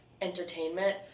entertainment